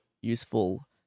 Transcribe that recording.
useful